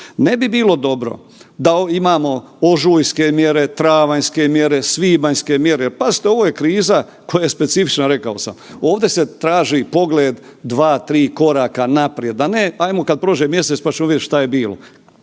Ne bi bilo dobro da imamo ožujske mjere, travanjske mjere, svibanjske mjere. Pazite, ovo je kriza koja je specifična, rekao sam. Ovdje se traži pogled 2-3 koraka naprijed, a ne ajmo kad pođe mjesec, pa ćemo vidjet šta je bilo.